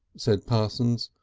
said parsons.